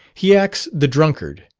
he acts the drunkard,